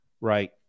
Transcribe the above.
right